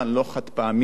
לא חד-פעמי.